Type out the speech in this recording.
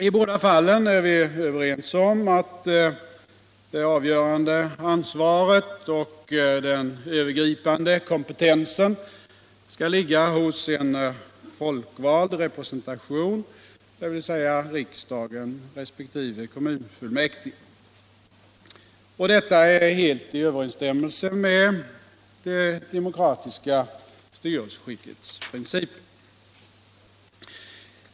I båda fallen är vi överens om att det avgörande ansvaret och den övergripande kompetensen skall ligga hos en folkvald representation, dvs. riksdagen resp. kommunfullmäktige. Detta är helt i överensstämmelse med det demokratiska styrelseskickets principer.